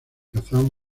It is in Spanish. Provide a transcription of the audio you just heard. kazán